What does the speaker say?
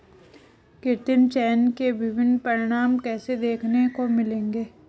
कृत्रिम चयन के विभिन्न परिणाम कैसे देखने को मिलेंगे?